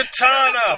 Katana